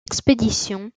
expédition